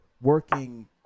working